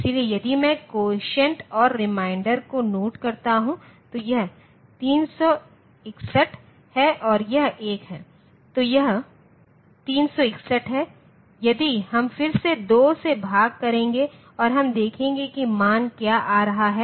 इसलिए यदि मैं कोसिएंट और रिमाइंडर को नोट करता हूं तो यह 361 है और यह 1 है तो यह 361 है यदि हम फिर से 2 से भाग करेंगे और हम देखेंगे कि मान क्या आ रहा है